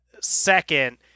second